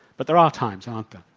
but there are times, aren't there?